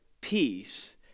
peace